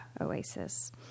Oasis